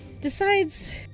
decides